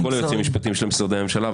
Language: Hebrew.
כל היועצים המשפטיים של משרדי הממשלה,